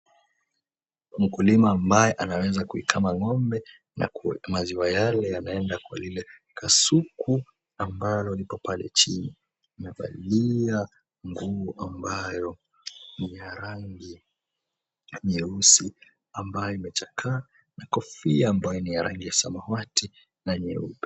Mkulima ambaye anaweza kuikama ng'ombe na maziwa yale yanaenda kwa ile kasuku ambayo iko pale chini, amevalia nguo ambayo ni ya rangi ya nyeusi ambayo imechakaa na kofia ambayo ni ya rangi ya samawati na nyeupe.